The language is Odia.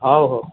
ହଉ ହଉ